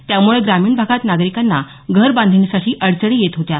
त्यामुळे ग्रामीण भागात नागरिकांना घर बांधणीसाठी अडचणी येत होत्या